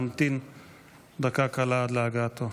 נמתין דקה קלה עד להגעתו.